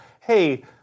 hey